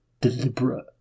deliberate